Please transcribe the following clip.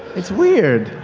it's weird.